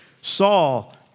Saul